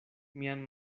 mian